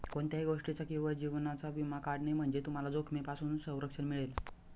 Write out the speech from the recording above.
कोणत्याही गोष्टीचा किंवा जीवनाचा विमा काढणे म्हणजे तुम्हाला जोखमीपासून संरक्षण मिळेल